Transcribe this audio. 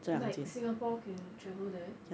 like singapore can travel there